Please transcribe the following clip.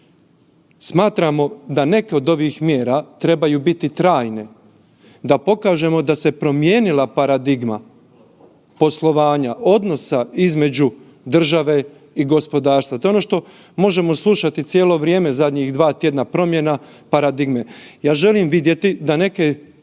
Smatramo da neke od ovih mjera trebaju biti trajne, da pokažemo da se promijenila paradigma poslovanja odnosa između države i gospodarstva, to je ono što možemo slušati cijelo vrijeme zadnjih 2 tjedna, promjena paradigme. Ja želim vidjeti da neke